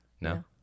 no